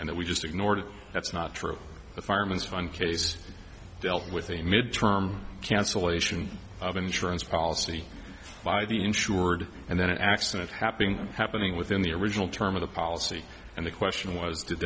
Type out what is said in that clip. and that we just ignored it that's not true fireman's fund case dealt with a mid term cancellation of insurance policy by the insured and then an accident happening happening within the original term of the policy and the question was did